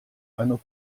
einer